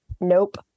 nope